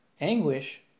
anguish